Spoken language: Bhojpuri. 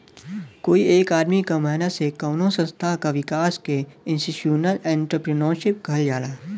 कोई एक आदमी क मेहनत से कउनो संस्था क विकास के इंस्टीटूशनल एंट्रेपर्नुरशिप कहल जाला